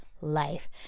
life